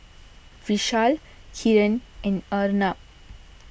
Vishal Kiran and Arnab